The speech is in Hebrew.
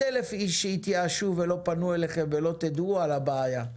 1,000 אנשים שהתייאשו ולא פנו אליכם ולא תדעו על הבעיה.